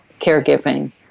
caregiving